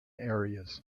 areas